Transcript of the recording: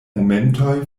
momentoj